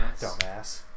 dumbass